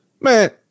Man